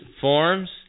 Forms